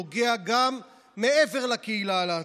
נוגע גם מעבר לקהילה הלהט"בית.